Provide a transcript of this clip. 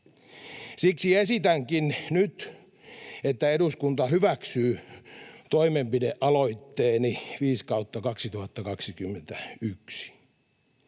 Siksi esitänkin nyt, että eduskunta hyväksyy toimenpidealoitteeni 5/2021.